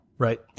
Right